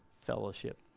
fellowship